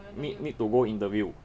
need need to go interview